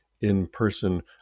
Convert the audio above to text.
in-person